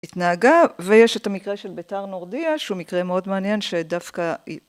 התנהגה ויש את המקרה של ביתר נורדיה שהוא מקרה מאוד מעניין שדווקא